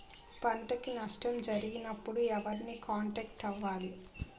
పంటకు నష్టం జరిగినప్పుడు ఎవరిని కాంటాక్ట్ అవ్వాలి?